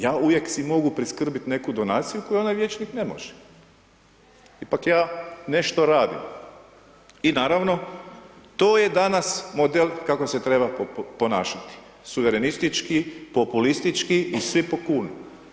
Ja uvijek si mogu priskrbiti neku donaciju koju onaj vijećnik ne može, ipak ja nešto radim, i naravno to je danas model kako se treba ponašati, suverenistički, populistički i svi po kunu.